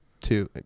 two